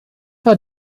war